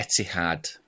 Etihad